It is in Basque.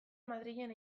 madrilen